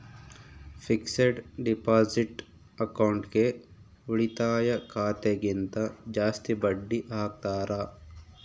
fixed deposit ಅಕೌಂಟ್ಗೆ ಉಳಿತಾಯ ಖಾತೆ ಗಿಂತ ಜಾಸ್ತಿ ಬಡ್ಡಿ ಹಾಕ್ತಾರ